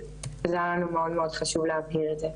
והיה לנו מאוד מאוד חשוב להבהיר את זה.